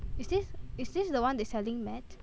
is this is this the one they selling matte